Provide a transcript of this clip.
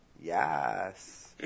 Yes